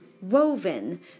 woven